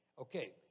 Okay